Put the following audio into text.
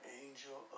angel